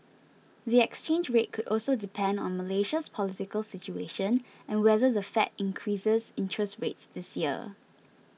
the exchange rate could also depend on Malaysia's political situation and whether the Fed increases interest rates this year